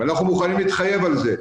אנחנו מוכנים להתחייב על זה.